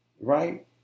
Right